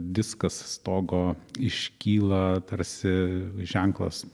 diskas stogo iškyla tarsi ženklas